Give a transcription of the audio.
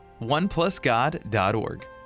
Oneplusgod.org